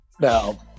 Now